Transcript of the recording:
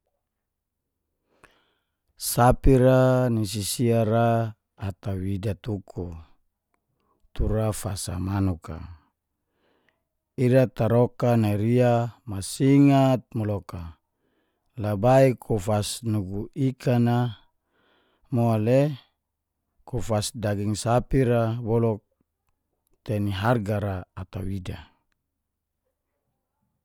Sapi ra ni sisia ra ata wida tuku, tura fasa manuk a ira taroka nai ria masingat mo loka labai ku fas nugu ikan a, mole ku fas daging sapi ra boluk te ni harga ra ata wida.